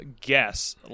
guess